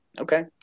Okay